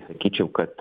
sakyčiau kad